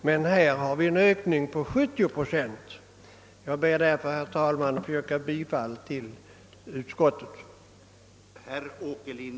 Här gäller det ju ändå en ökning med 70 procent. Herr talman! Jag ber att få yrka bifall till utskottets hemställan.